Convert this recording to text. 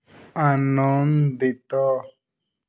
ଆନନ୍ଦିତ